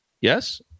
Yes